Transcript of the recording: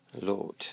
Lord